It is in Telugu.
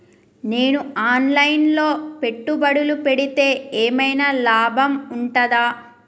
నేను ఆన్ లైన్ లో పెట్టుబడులు పెడితే ఏమైనా లాభం ఉంటదా?